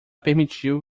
permitiu